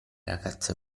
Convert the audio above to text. ragazze